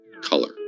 color